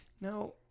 Now